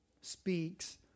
speaks